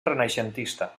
renaixentista